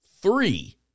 three